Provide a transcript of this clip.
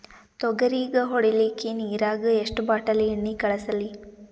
ತೊಗರಿಗ ಹೊಡಿಲಿಕ್ಕಿ ನಿರಾಗ ಎಷ್ಟ ಬಾಟಲಿ ಎಣ್ಣಿ ಕಳಸಲಿ?